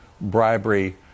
bribery